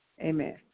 Amen